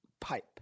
pipe